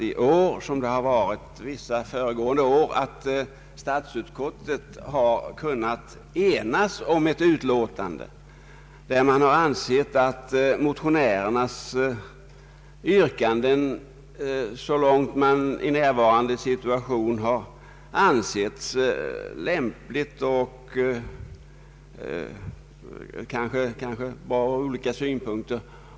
I år, liksom vissa föregående år, har statsutskottet kunnat enas om ett utlåtande, som tillgodoser motionärernas yrkanden så långt vi ansett det lämpligt och möjligt ur olika synpunkter.